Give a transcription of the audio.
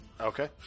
Okay